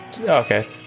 okay